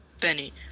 Benny